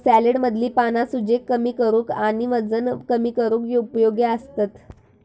सॅलेडमधली पाना सूजेक कमी करूक आणि वजन कमी करूक उपयोगी असतत